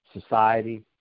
society